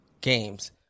games